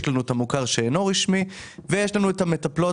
יש לנו את המוכר שאינו רשמי ויש לנו את המטפלות